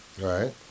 right